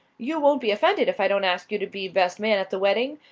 you won't be offended if i don't ask you to be best man at the wedding?